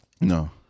No